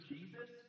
Jesus